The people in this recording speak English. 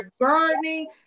gardening